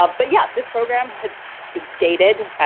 but yeah, this program had been skated.